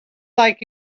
like